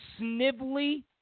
snivelly